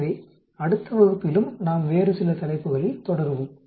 எனவே அடுத்த வகுப்பில் நாம் வேறு சில தலைப்புகளில் தொடருவோம்